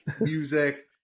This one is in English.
music